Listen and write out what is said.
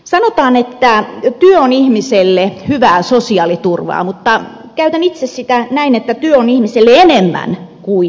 sanotaan että työ on ihmiselle hyvää sosiaaliturvaa mutta käytän itse sitä sanontaa näin että työ on ihmiselle enemmän kuin sosiaaliturvaa